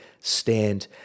stand